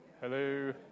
Hello